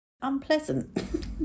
Unpleasant